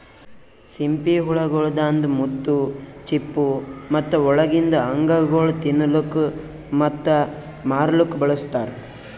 ಸಿಂಪಿ ಹುಳ ಗೊಳ್ದಾಂದ್ ಮುತ್ತು, ಚಿಪ್ಪು ಮತ್ತ ಒಳಗಿಂದ್ ಅಂಗಗೊಳ್ ತಿನ್ನಲುಕ್ ಮತ್ತ ಮಾರ್ಲೂಕ್ ಬಳಸ್ತಾರ್